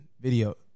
video